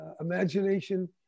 Imagination